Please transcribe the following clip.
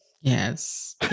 Yes